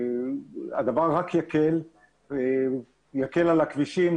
הדבר רק יקל על הכבישים,